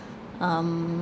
um